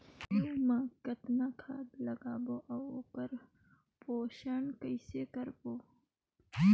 आलू मा कतना खाद लगाबो अउ ओकर पोषण कइसे करबो?